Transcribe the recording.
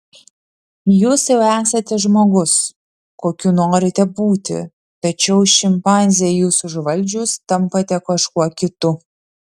jūs jau esate žmogus kokiu norite būti tačiau šimpanzei jus užvaldžius tampate kažkuo kitu